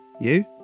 You